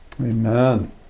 Amen